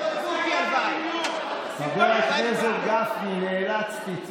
חבר הכנסת גפני, נאלצתי.